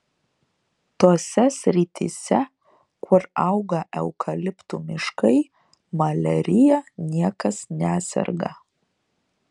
tose srityse kur auga eukaliptų miškai maliarija niekas neserga